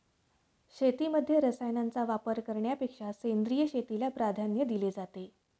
शेतीमध्ये रसायनांचा वापर करण्यापेक्षा सेंद्रिय शेतीला प्राधान्य दिले जाते